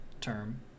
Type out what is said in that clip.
term